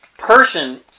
Person